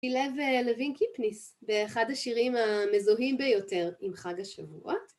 שילב לוין קיפניס באחד השירים המזוהים ביותר עם חג השבועות.